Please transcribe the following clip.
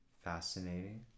Fascinating